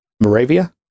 Moravia